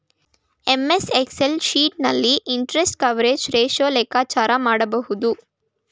MS Excel sheet ನಲ್ಲಿ interest coverage ratio ಲೆಕ್ಕಾಚಾರ ಮಾಡಬಹುದು